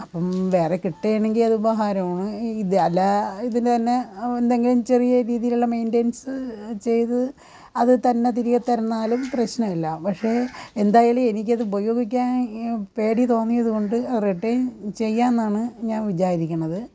അപ്പം വേറെ കിട്ടണമെങ്കിൽ അത് ഉപകാരമാണ് ഇത് വില ഇതിനു തന്നെ എന്തെങ്കിലും ചെറിയ രീതിയിലുള്ള മെയിൻറ്റന്സ് ചെയ്ത് അത് തന്നെ തിരികെ തന്നാലും പ്രശ്നമില്ല പക്ഷെ എന്തായാലും എനിക്കത് ഉപയോഗിക്കാൻ പേടി തോന്നിയതു കൊണ്ട് റിട്ടേൺ ചെയ്യാമെന്നാണ് ഞാൻ വിചാരിക്കണത്